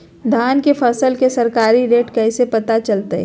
धान के फसल के सरकारी रेट कैसे पता चलताय?